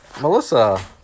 Melissa